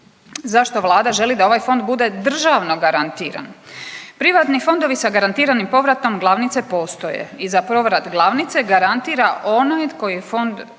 Zašto Vlada želi da ovaj fond bude državno garantiran? Privatni fondovi sa garantiranim povratom glavnice postoje i za povrat glavnice garantira onaj koji je fond